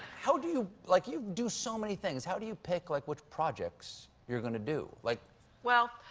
how do you like, you do so many things. how do you pick, like, which projects you're going to do? like well,